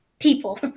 People